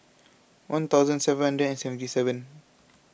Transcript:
one thousand seven hundred and seventy seven